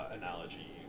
analogy